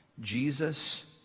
Jesus